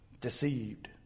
deceived